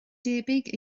debyg